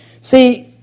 See